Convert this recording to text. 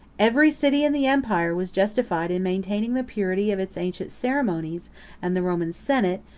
every city in the empire was justified in maintaining the purity of its ancient ceremonies and the roman senate,